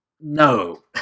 No